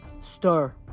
Stir